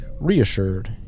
reassured